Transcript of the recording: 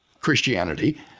Christianity